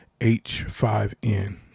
H5N